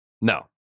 no